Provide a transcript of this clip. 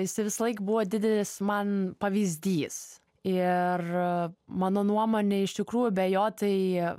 jisai visąlaik buvo didelis man pavyzdys ir mano nuomone iš tikrųjų be jo tai